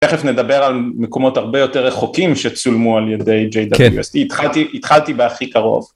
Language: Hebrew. תכף נדבר על מקומות הרבה יותר רחוקים שצולמו על ידי JWST, התחלתי בהכי קרוב.